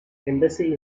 embassy